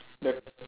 the